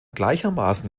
gleichermaßen